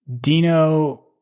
Dino